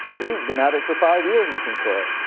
weve been out it for five years looking for it,